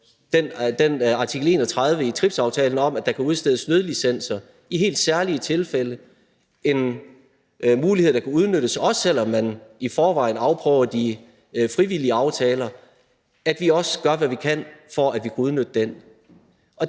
artikel 31 i TRIPS-aftalen om, at der kan udstedes nødlicenser i helt særlige tilfælde – en mulighed, der kan udnyttes, også selv om man i forvejen afprøver de frivillige aftaler – og at vi også gør, hvad vi kan, for at vi kan udnytte den.